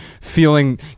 feeling